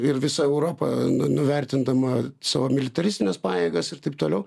ir visa europa nuvertindama savo militaristines pajėgas ir taip toliau